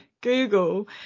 Google